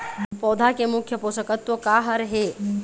पौधा के मुख्य पोषकतत्व का हर हे?